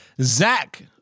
Zach